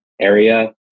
area